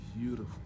beautiful